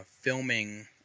filming